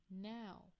now